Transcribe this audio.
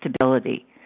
stability